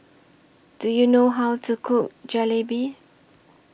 Do YOU know How to Cook Jalebi